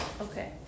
Okay